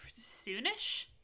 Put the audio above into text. soonish